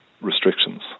restrictions